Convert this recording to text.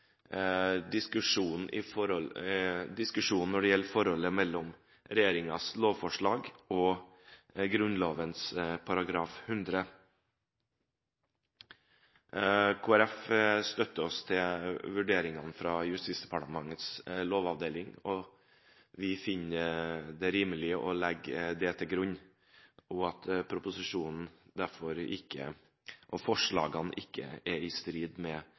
diskusjonen om forholdet mellom regjeringens lovforslag og Grunnloven § 100. Kristelig Folkeparti støtter seg til vurderingene fra Justisdepartementets lovavdeling. Vi finner det rimelig å legge til grunn at forslagene ikke er i strid med